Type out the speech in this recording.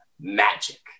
Magic